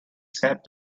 sap